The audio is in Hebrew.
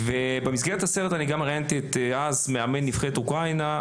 במסגרת הסרט ראיינתי גם את מאמן נבחרת אוקראינה דאז,